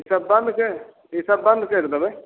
ईसब बन्द कए ईसब बन्द कैरि देबै